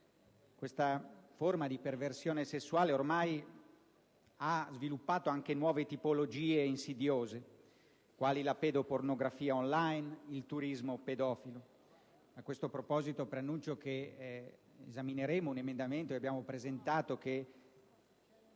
Questa forma di perversione sessuale ha ormai sviluppato nuove tipologie insidiose, quali la pedopornografia *on line* e il turismo pedofilo. A questo proposito, preannuncio che esamineremo un emendamento che abbiamo presentato, che